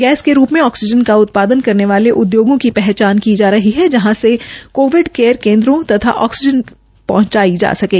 gas के रूप में ऑक्सीजन का उत्पादन करने वाले उद्योगों की पहचान की जा रही है जहां से कोविड केयर केन्द्रों तक ऑक्सीजन पहुंच जा सकें